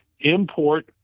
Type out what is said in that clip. import